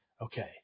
okay